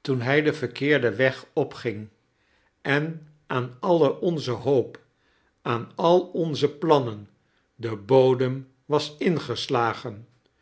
toen hij den verkeerden weg opging en aan al onze hoop aan al onze plannen de bodem was ingeslagen